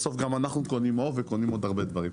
בסוף גם אנחנו קונים עוף וקונים עוד הרבה דברים.